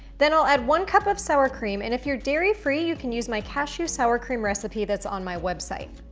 then i'll add one cup of sour cream, and if you're dairy free, you can use my cashew sour cream recipe that's on my website.